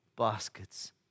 Baskets